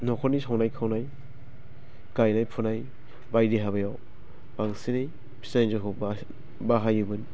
न'खरनि संनाय खावनाय गायनाय फुनाय बायदि हाबायाव बांसिनै फिसा हिन्जावखौ बास बाहायोमोन